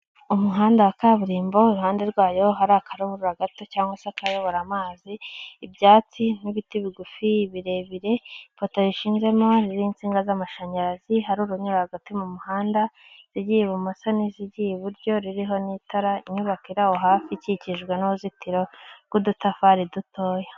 Umuhanda wa kaburimbo iruhande rwayo hari akaruburara gato cyangwa se kayobora amazi ibyatsi n'ibiti bigufi birebire ipoto rishinzemo n'insinga z'amashanyarazi hari urunyura hagati mu muhanda yagiye ibumoso n'izigiye iburyo ririho n'itara inyubakoho hafi ikikijwe n'uruzitiro rw'udutafari dutoya.